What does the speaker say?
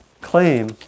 claim